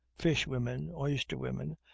fish-women, oyster-women,